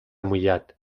mullat